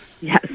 Yes